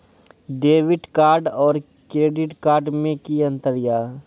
Debit card और credit card मे कि अंतर या?